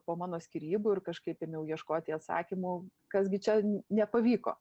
po mano skyrybų ir kažkaip ėmiau ieškoti atsakymų kas gi čia nepavyko